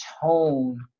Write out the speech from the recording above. tone